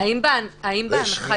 יש לנו